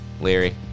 Leary